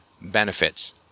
benefits